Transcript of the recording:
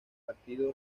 partido